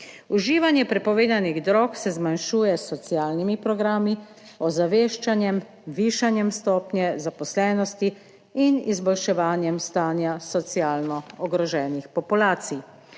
Uživanje prepovedanih drog se zmanjšuje s socialnimi programi, ozaveščanjem, višanjem stopnje zaposlenosti in izboljševanjem stanja socialno ogroženih populacij.